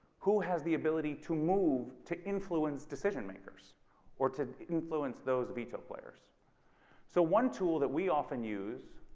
who has the ability to move to influence decision makers or to influence those of each ah player so so one tool that we often use